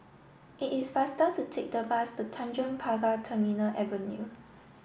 it is faster to take the bus to Tanjong Pagar Terminal Avenue